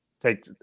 take